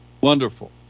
wonderful